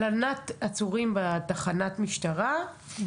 הלנת עצורים בתחנת משטרה,